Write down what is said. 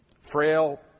frail